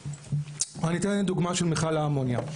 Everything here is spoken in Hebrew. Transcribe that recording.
אני אתן דוגמה של מיכל האמונייה,